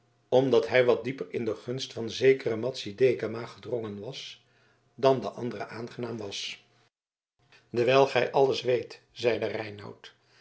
omdat hij wat dieper in de gunst van zekere madzy dekama gedrongen was dan den anderen aangenaam was dewijl gij alles weet zeide